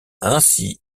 ainsi